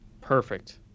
Perfect